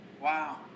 Wow